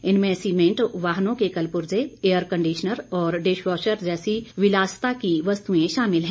इनमें सीमेंट वाहनों के कल पुर्जे एयरकंडीशनर और डिशवाशर जैसी विलासिता की वस्तुएं शामिल हैं